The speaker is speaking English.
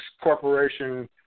Corporation